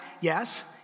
yes